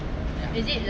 ya